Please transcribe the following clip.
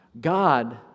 God